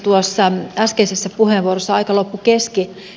tuossa äskeisessä puheenvuorossa aika loppui kesken